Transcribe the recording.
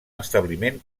establiment